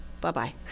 Bye-bye